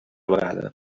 vegada